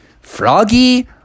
Froggy